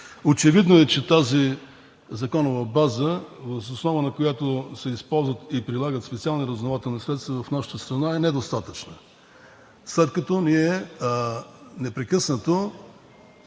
Очевидно е, че тази законова база, въз основа на която се използват и прилагат специални разузнавателни средства в нашата страна, е недостатъчна, след като ние непрекъснато